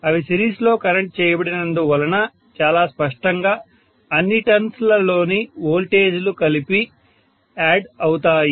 అవి సిరీస్లో కనెక్ట్ చేయబడినందువలన చాలా స్పష్టంగా అన్ని టర్న్స్ లలోని వోల్టేజీలు కలిసి యాడ్ అవుతాయి